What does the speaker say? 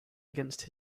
against